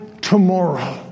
tomorrow